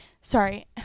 sorry